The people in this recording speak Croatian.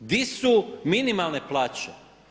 Gdje su minimalne plaće?